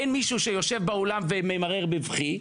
אין מישהו שיושב באולם וממרר בבכי,